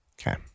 Okay